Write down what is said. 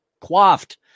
quaffed